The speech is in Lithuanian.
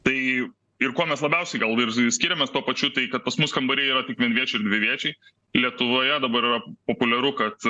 tai ir kuo mes labiausiai gal ir ir skiriamės tuo pačiu tai kad pas mus kambariai yra tik vienviečiai ir dviviečiai lietuvoje dabar yra populiaru kad